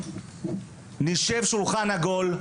נשב בשולחן עגול,